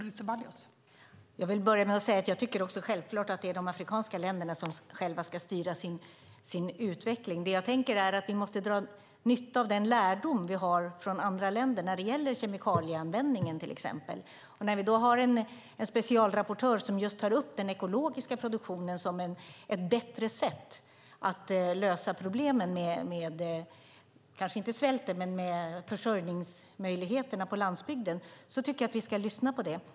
Fru talman! Jag vill börja med att säga att jag också självklart tycker att det är de afrikanska länderna som själva ska styra sin utveckling. Det jag tänker är att vi måste dra nytta av den lärdom vi har från andra länder när det gäller till exempel kemikalieanvändningen. När vi då har en specialrapportör som tar upp just den ekologiska produktionen som ett bättre sätt att lösa problemen, kanske inte svälten men försörjningsmöjligheterna på landsbygden, tycker jag att vi ska lyssna på det.